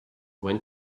when